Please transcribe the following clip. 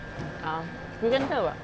um you can tell [what]